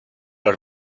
are